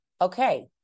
Okay